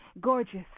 gorgeous